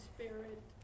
Spirit